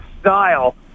style